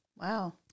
Wow